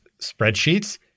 spreadsheets